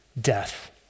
Death